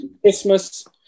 christmas